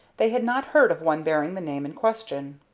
they had not heard of one bearing the name in question.